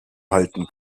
halten